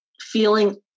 feeling